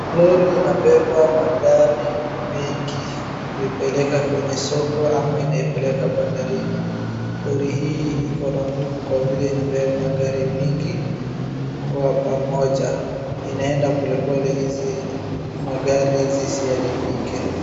Lori inabeba magari mingi kupeleka kwenye soko ama inaipeleka bandarini. Lori hii iko na nguvu kwa vile inabeba gari mingi kwa pamoja. Inaende polepole hizi magari zisiharibike.